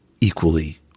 equally